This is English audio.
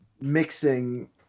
mixing